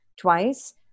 twice